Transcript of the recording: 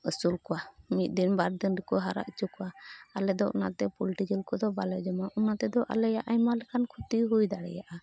ᱟᱹᱥᱩᱞ ᱠᱚᱣᱟ ᱢᱤᱫ ᱫᱤᱱ ᱵᱟᱨ ᱫᱤᱱ ᱠᱚ ᱦᱟᱨᱟ ᱦᱚᱪᱚ ᱠᱚᱣᱟ ᱟᱞᱮ ᱫᱚ ᱚᱱᱟᱛᱮ ᱯᱳᱞᱴᱤ ᱡᱤᱞ ᱠᱚᱫᱚ ᱵᱟᱞᱮ ᱡᱚᱢᱟ ᱚᱱᱟ ᱛᱮᱫᱚ ᱟᱞᱮ ᱟᱭᱢᱟ ᱞᱮᱠᱟᱱ ᱠᱷᱚᱛᱤ ᱦᱩᱭ ᱫᱟᱲᱮᱭᱟᱜᱼᱟ